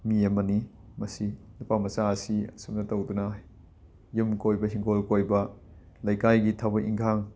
ꯃꯤ ꯑꯃꯅꯤ ꯃꯁꯤ ꯅꯨꯄꯥꯃꯆꯥ ꯑꯁꯤ ꯑꯁꯨꯝꯅ ꯇꯧꯗꯅ ꯌꯨꯝ ꯀꯣꯏꯕ ꯍꯤꯡꯒꯣꯜ ꯀꯣꯏꯕ ꯂꯩꯀꯥꯏꯒꯤ ꯊꯕꯛ ꯏꯟꯈꯥꯡ